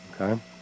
Okay